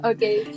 Okay